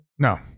No